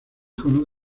iconos